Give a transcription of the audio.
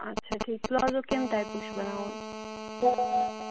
اچھا ٹھیٖک پلازو کمہِ ٹایپُک چھُ بَناوُن